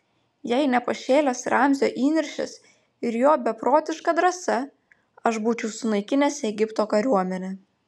jei ne pašėlęs ramzio įniršis ir jo beprotiška drąsa aš būčiau sunaikinęs egipto kariuomenę